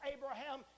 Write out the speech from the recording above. Abraham